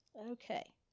Okay